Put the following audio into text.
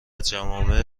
جوامع